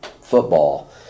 football